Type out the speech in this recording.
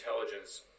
intelligence